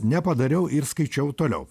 nepadariau ir skaičiau toliau